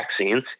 vaccines